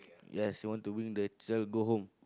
yes he want bring the child go home